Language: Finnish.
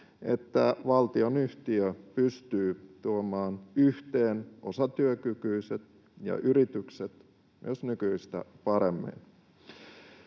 että valtionyhtiö pystyy tuomaan yhteen osatyökykyiset ja yritykset myös nykyistä paremmin.